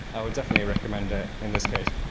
i would definitely recommend it in this case.